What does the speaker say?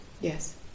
Yes